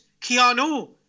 Keanu